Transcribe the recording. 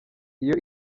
iyo